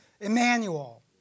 Emmanuel